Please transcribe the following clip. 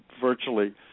virtually